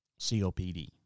COPD